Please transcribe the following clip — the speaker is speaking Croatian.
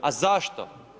A zašto?